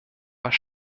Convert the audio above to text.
was